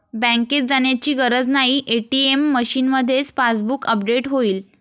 बँकेत जाण्याची गरज नाही, ए.टी.एम मशीनमध्येच पासबुक अपडेट होईल